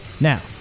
Now